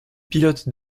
pilote